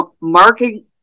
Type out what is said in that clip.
marking